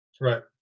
right